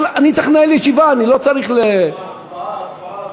אני צריך לנהל ישיבה, אני לא צריך, הצבעה, הצבעה.